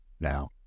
now